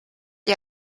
gli